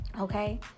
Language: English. okay